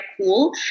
cool